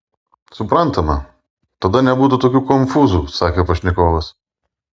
suprantama tada nebūtų tokių konfūzų sakė pašnekovas